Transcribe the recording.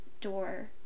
door